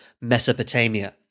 Mesopotamia